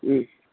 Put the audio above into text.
ह्म्